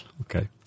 Okay